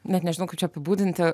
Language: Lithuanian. net nežinau kaip čia apibūdinti